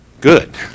Good